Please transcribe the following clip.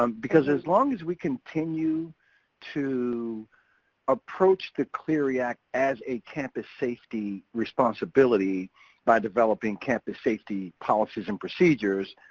um because as long as we continue to approach the clery act as a campus safety responsibility by the developing campus safety policies and procedures,